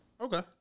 Okay